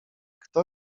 kto